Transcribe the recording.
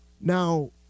Now